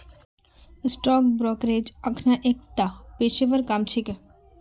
stock brokerage अखना एकता पेशेवर काम छिके